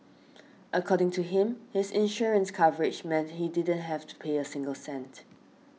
according to him his insurance coverage meant he didn't have to pay a single cent